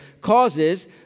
causes